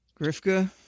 Grifka